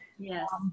Yes